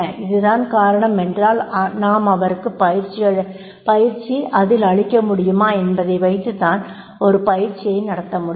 இதுதான் காரணம் என்றால் நாம் அவருக்கு பயிற்சி அதில் அளிக்க முடியுமா என்பதை வைத்துதான் ஒரு பயிற்சியை நடத்த முடியும்